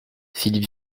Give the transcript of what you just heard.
philippe